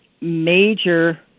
major